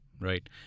right